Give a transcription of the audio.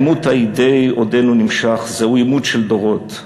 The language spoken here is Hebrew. העימות האידיאי עודנו נמשך, זהו עימות של דורות.